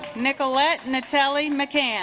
nicolette miceli mccann